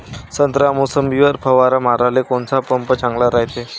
संत्रा, मोसंबीवर फवारा माराले कोनचा पंप चांगला रायते?